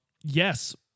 Yes